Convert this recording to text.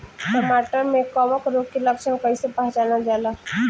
टमाटर मे कवक रोग के लक्षण कइसे पहचानल जाला?